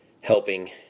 helping